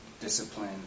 discipline